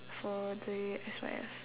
for the S_Y_F